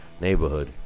Neighborhood